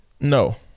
No